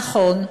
נכון,